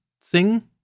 Sing